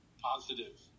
positive